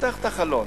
פותח את החלון,